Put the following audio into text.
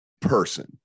person